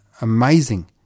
amazing